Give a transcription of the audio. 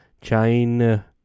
China